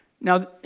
Now